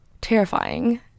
terrifying